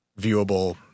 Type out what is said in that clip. viewable